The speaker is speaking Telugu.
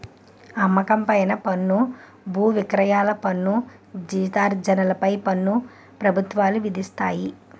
అమ్మకం పైన పన్ను బువిక్రయాల పన్ను జీతార్జన పై పన్ను ప్రభుత్వాలు విధిస్తాయి